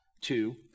two